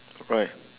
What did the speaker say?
right